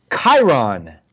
Chiron